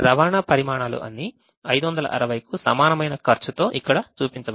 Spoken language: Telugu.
రవాణా పరిమాణాలు అన్నీ 565 కు సమానమైన ఖర్చుతో ఇక్కడ చూపించబడ్డాయి